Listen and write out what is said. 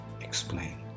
explain